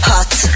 Hot